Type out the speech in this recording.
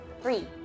Three